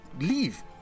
leave